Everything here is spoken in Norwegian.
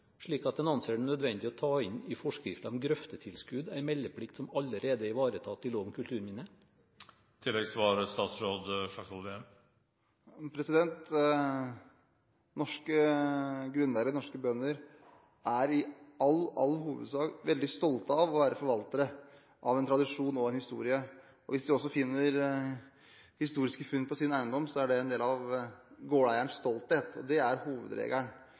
en anser det som nødvendig å ta inn i forskriften om grøftetilskudd en meldeplikt som allerede er ivaretatt i lov om kulturminner? Norske grunneiere og norske bønder er i all, all hovedsak veldig stolte av å være forvaltere av en tradisjon og en historie. Hvis de også finner historiske funn på sin eiendom, er det en del av gårdeierenes stolthet. Det er hovedregelen.